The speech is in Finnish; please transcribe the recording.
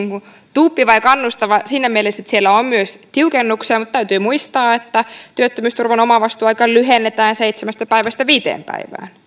tuuppiva ja kannustava siinä mielessä että siellä on myös tiukennuksia täytyy muistaa että kuitenkin siinäkin mallissa työttömyysturvan omavastuuaikaa lyhennetään seitsemästä päivästä viiteen päivään